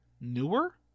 Newer